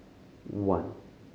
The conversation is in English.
one